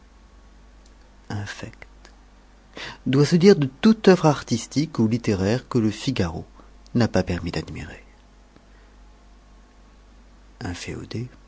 infect doit se dire de toute oeuvre artistique ou littéraire que le figaro n'a pas permis d'admirer